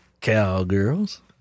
Cowgirls